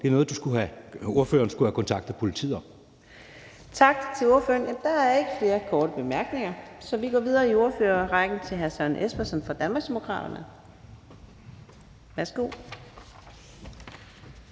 Det er noget, ordføreren skulle have kontaktet politiet om. Kl. 14:45 Fjerde næstformand (Karina Adsbøl): Tak til ordføreren. Der er ikke flere korte bemærkninger, så vi går videre i ordførerrækken til hr. Søren Espersen fra Danmarksdemokraterne. Værsgo.